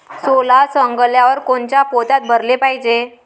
सोला सवंगल्यावर कोनच्या पोत्यात भराले पायजे?